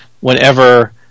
whenever